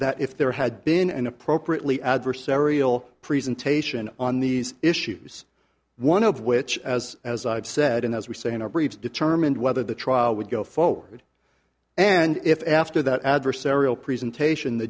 that if there had been an appropriately adversarial presentation on these issues one of which has as i've said and as we say in our briefs determined whether the trial would go forward and if after that adversarial presentation the